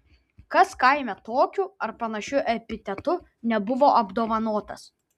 kas kaime tokiu ar panašiu epitetu nebuvo apdovanotas